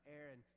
Aaron